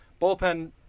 Bullpen